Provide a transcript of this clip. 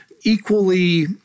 equally—